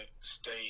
stay